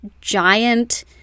giant